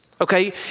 okay